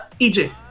EJ